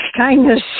kindness